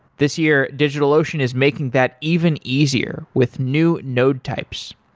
this year, digitalocean is making that even easier with new node types.